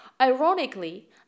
Ironically